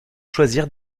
choisir